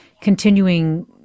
continuing